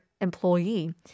employee